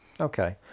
Okay